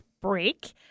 break